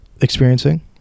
experiencing